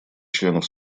членов